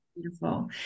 beautiful